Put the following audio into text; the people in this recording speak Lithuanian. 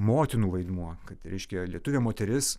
motinų vaidmuo kad reiškia lietuvė moteris